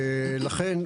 לכן,